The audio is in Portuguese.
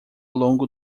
longo